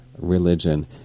religion